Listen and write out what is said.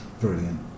brilliant